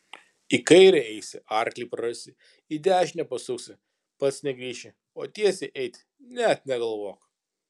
į kairę eisi arklį prarasi į dešinę pasuksi pats negrįši o tiesiai eiti net negalvok